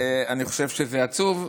אני חושב שזה עצוב.